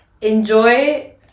Enjoy